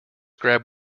grab